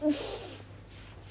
!oof!